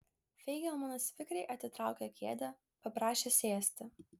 feigelmanas vikriai atitraukė kėdę paprašė sėsti